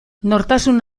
nortasun